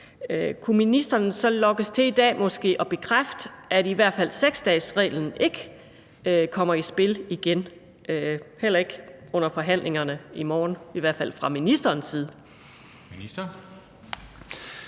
Kunne ministeren så lokkes til i dag måske at bekræfte, at i hvert fald 6-dagesreglen ikke kommer i spil igen, heller ikke under forhandlingerne i morgen, i hvert fald ikke fra ministerens side?